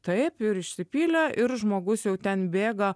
taip ir išsipylė ir žmogus jau ten bėga